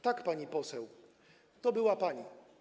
Tak, pani poseł, to była pani.